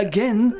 Again